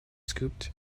scooped